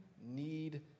need